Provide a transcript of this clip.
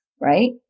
right